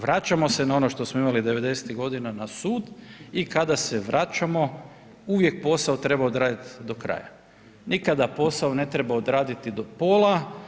Vraćamo se na ono što smo imali devedesetih godina na sud i kada se vraćamo uvijek posao treba odraditi do kraja, nikada posao ne treba odraditi do pola.